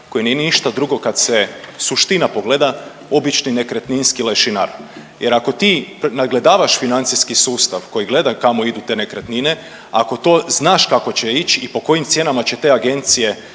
koji nije ništa drugo, kad se suština pogleda obični nekretninski lešinar jer ako ti nadgledavaš financijski sustav koji gleda kamo idu te nekretnine, ako to znaš kako će ić i po kojim cijenama će te agencije,